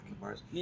bars